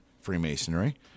Freemasonry